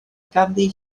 ganddi